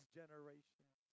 generations